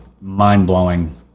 mind-blowing